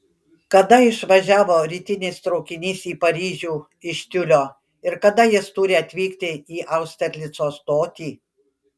kada išvažiavo rytinis traukinys į paryžių iš tiulio ir kada jis turi atvykti į austerlico stotį